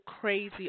crazy